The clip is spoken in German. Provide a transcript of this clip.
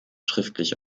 schriftlich